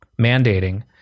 mandating